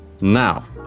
now